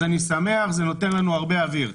אז אני שמח, זה נותן לנו הרבה אוויר.